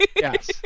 Yes